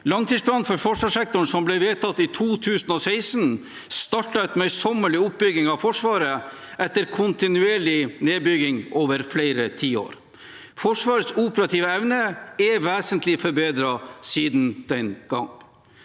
Langtidspla nen for forsvarssektoren som ble vedtatt i 2016, startet en møysommelig oppbygging av Forsvaret etter kontinuerlig nedbygging over flere tiår. Forsvarets operative evne er vesentlig forbedret siden den gang.